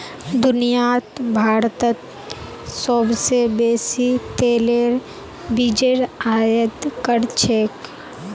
दुनियात भारतत सोबसे बेसी तेलेर बीजेर आयत कर छेक